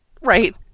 Right